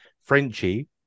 Frenchie